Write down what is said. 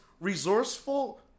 resourceful